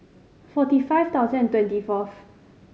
forty five thousand and twenty fourth